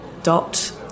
Dot